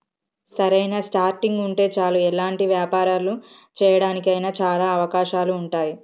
సరైన స్టార్టింగ్ ఉంటే చాలు ఎలాంటి వ్యాపారాలు చేయడానికి అయినా చాలా అవకాశాలు ఉంటాయి